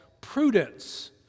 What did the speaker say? prudence